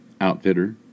Outfitter